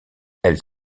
elles